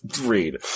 read